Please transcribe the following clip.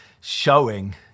showing